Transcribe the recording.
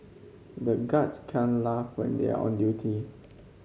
the guards can't laugh when they are on duty